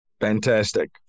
Fantastic